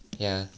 ya